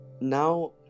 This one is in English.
now